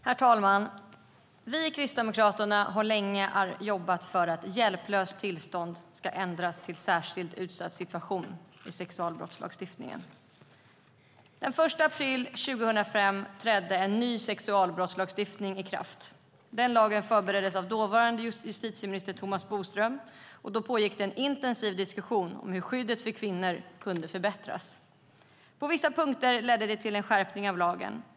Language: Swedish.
Herr talman! Vi i Kristdemokraterna har länge jobbat för att "hjälplöst tillstånd" ska ändras till "särskilt utsatt situation" i sexualbrottslagstiftningen. Den 1 april 2005 trädde en ny sexualbrottslagstiftning i kraft. Den lagen förbereddes av dåvarande justitieminister Thomas Bodström. Då pågick det en intensiv diskussion om hur skyddet för kvinnor kunde förbättras. På vissa punkter ledde det till en skärpning av lagen.